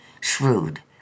shrewd